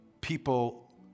people